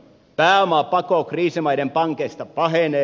pääomapako kriisimaiden pankeista pahenee